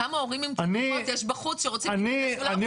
כמה הורים עם תינוקות יש בחוץ שרוצים להיכנס ולא יכולים להיכנס.